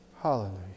Hallelujah